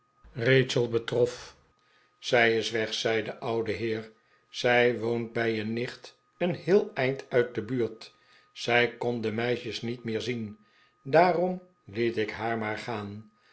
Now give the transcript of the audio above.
rachel betrof zij is weg zei de oude heer zij woont bij een nicht een heel eind uit de buurt zij kon de meisjes niet meer zien daarom liet ik haar maar gaan